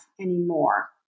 anymore